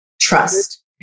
Trust